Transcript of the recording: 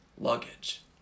luggage